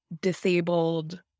disabled